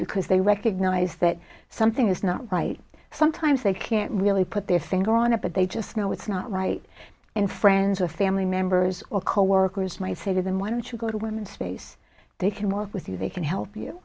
because they recognize that something is not right sometimes they can't really put their finger on it but they just know it's not right and friends or family members or coworkers might say to them why don't you go to women space they can work with you they can help you